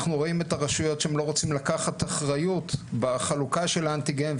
אנחנו ראינו את הרשויות שהן לא רוצות לקחת אחריות בחלוקה של האנטיגן,